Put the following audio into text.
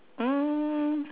um